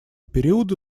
периода